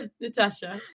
Natasha